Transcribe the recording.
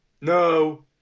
No